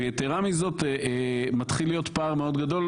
ויתרה מזאת, מתחיל להיות פער מאוד גדול.